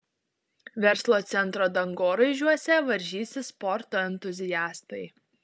verslo centro dangoraižiuose varžysis sporto entuziastai